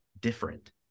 different